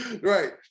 Right